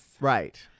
right